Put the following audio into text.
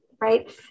Right